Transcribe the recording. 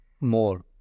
more